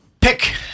Pick